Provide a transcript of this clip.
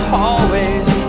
hallways